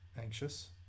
anxious